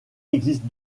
existe